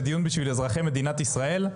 זה דיון בשביל אזרחי מדינת ישראל,